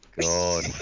God